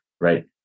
right